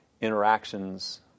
interactions